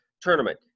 tournament